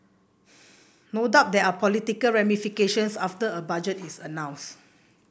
no doubt there are political ramifications after a budget is announced